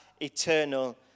eternal